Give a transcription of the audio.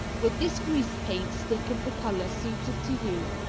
with this grease paint stick of the color suited to you,